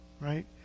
Right